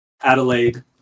Adelaide